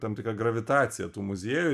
tam tikra gravitacija tų muziejų